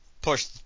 push